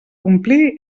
complir